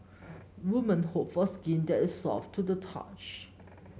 women hope for skin that is soft to the touch